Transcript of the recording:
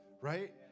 right